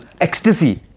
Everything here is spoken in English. ecstasy